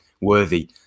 worthy